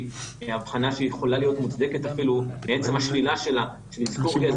הבחנה שיכולה להיות מוצדקת אפילו בעצם השלילה שלה של אזכור גזע,